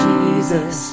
Jesus